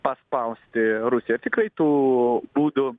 paspausti rusiją ir tikrai tų būdų